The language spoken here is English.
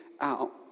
out